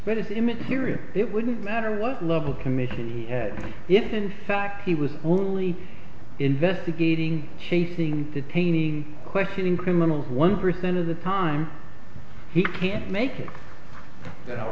immaterial it wouldn't matter what level commission he had if in fact he was only investigating chasing detaining questioning criminals one percent of the time he can't make it